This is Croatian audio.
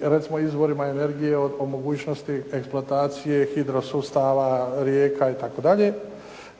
recimo izvorima energije, o mogućnosti eksploatacije hidro sustava, rijeka i tako dalje